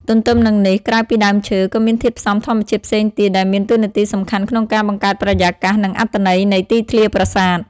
ទទ្ទឹមនឹងនេះ ក្រៅពីដើមឈើ ក៏មានធាតុផ្សំធម្មជាតិផ្សេងទៀតដែលមានតួនាទីសំខាន់ក្នុងការបង្កើតបរិយាកាស និងអត្ថន័យនៃទីធ្លាប្រាសាទ។